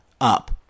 up